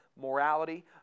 morality